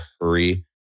hurry